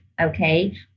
okay